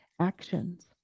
actions